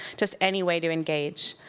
just any way to engage.